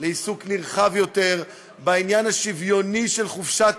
לעיסוק נרחב יותר בעניין השוויוני של חופשת